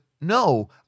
no